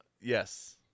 Yes